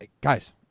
guys